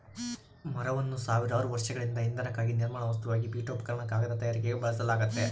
ಮರವನ್ನು ಸಾವಿರಾರು ವರ್ಷಗಳಿಂದ ಇಂಧನಕ್ಕಾಗಿ ನಿರ್ಮಾಣ ವಸ್ತುವಾಗಿ ಪೀಠೋಪಕರಣ ಕಾಗದ ತಯಾರಿಕೆಗೆ ಬಳಸಲಾಗ್ತತೆ